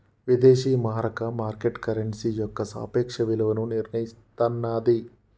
విదేశీ మారక market currency యొక్క సాపేక్ష విలువను నిర్ణయిస్తన్నాది